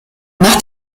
nach